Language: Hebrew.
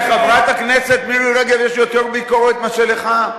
לחברת הכנסת מירי רגב יש יותר ביקורת מאשר לך,